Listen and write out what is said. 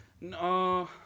No